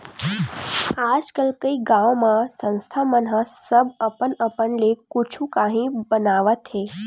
आजकल कइ गाँव म संस्था मन ह सब अपन अपन ले कुछु काही बनावत हे